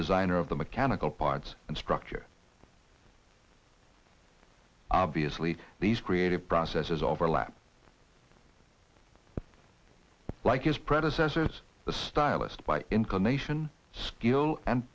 designer of the mechanical parts and structure obviously these creative processes overlap like his predecessors the stylist by inclination skill and